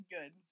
Good